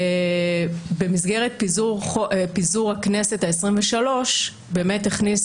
ובמסגרת פיזור הכנסת העשרים-ושלוש באמת הכניס